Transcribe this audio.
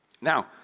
Now